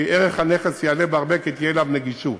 כי ערך הנכס יעלה בהרבה כי תהיה אליו נגישות.